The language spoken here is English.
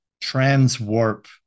trans-warp